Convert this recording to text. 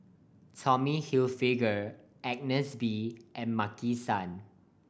Tommy Hilfiger Agnes B and Maki San